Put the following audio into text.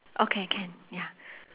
okay can ya